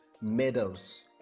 medals